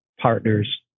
partners